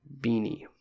Beanie